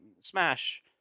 Smash